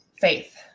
faith